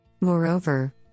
Moreover